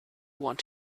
want